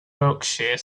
berkshire